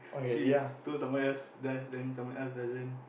she told someone else does then someone else doesn't